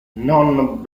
non